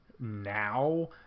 now